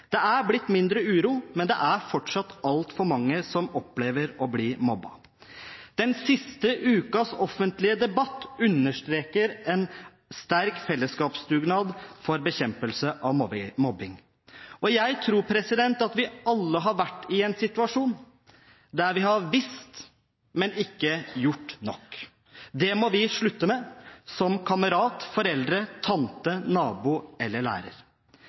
Det er blitt mindre uro, men det er fortsatt altfor mange som opplever å bli mobbet. Den siste ukens offentlige debatt understreker en sterk fellesskapsdugnad for bekjempelse av mobbing. Jeg tror at vi alle har vært i en situasjon der vi har visst, men ikke gjort nok. Det må vi slutte med – som kamerat, foreldre, tante, nabo eller lærer.